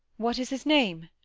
what is his name?